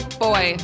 boy